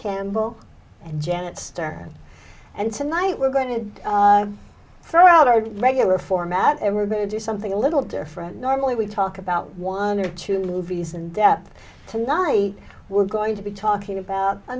campbell and janet stern and tonight we're going to throw out our regular format and we're going to do something a little different normally we talk about one or two movies and depth tonight we're going to be talking about a